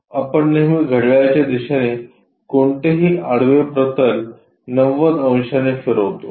आपण नेहमी घड्याळाच्या दिशेने कोणतेही आडवे प्रतल 90 ० अंशांनी फिरवितो